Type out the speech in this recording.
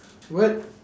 what